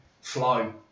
flow